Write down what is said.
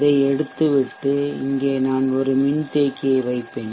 இதை எடுத்துவிட்டு இங்கே நான் ஒரு மின்தேக்கியை வைப்பேன்